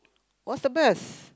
what's the best